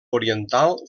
oriental